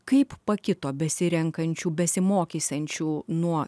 kaip pakito besirenkančių besimokysiančių nuo